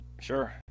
Sure